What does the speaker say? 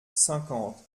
cinquante